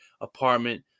apartment